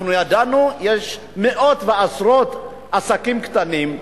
אנחנו ידענו שיש מאות ועשרות עסקים קטנים.